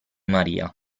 maria